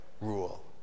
rule